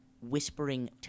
Whispering